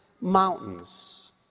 mountains